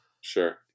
Sure